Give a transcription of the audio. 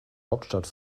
hauptstadt